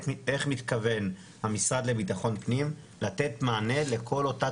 איך מתכוון המשרד לביטחון פנים לתת מענה לכל אותה